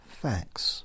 facts